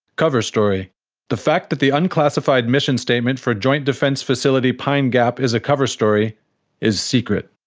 cover story the fact that the unclassified mission statement for joint defence facility pine gap is a cover story is secret.